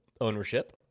ownership